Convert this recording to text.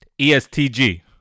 ESTG